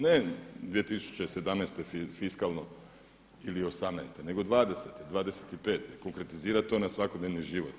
Ne 2017. fiskalno, ili 18., nego 20., 25., konkretizirati to na svakodnevni život.